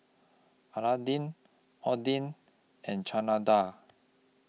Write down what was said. Oden and Chana Dal